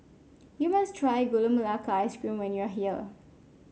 you must try Gula Melaka Ice Cream when you are here